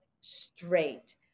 straight